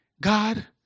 God